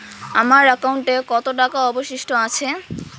আমার একাউন্টে কত টাকা অবশিষ্ট আছে?